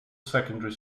secondary